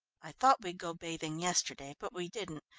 i thought we'd go bathing yesterday, but we didn't,